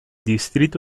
distrito